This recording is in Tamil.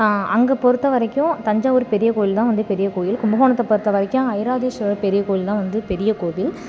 அங்கே பொருத்த வரைக்கும் தஞ்சாவூர் பெரிய கோவில் தான் வந்து பெரிய கோவில் கும்பகோணத்தை பொறுத்த வரைக்கும் ஐராவதீஷ்வரர் பெரிய கோவில் தான் வந்து பெரிய கோவில்